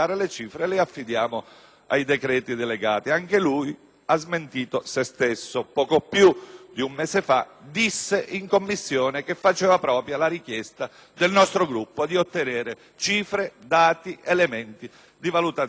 ha smentito se stesso giacché poco più di un mese fa disse in Commissione che faceva propria la richiesta del nostro Gruppo di ottenere cifre, dati ed elementi di valutazione finanziaria. Quindi, signori Ministri,